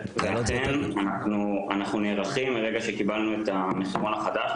אנחנו נערכים מרגע שקיבלנו את המחירון החדש.